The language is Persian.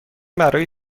برای